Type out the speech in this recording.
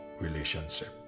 relationship